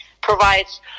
provides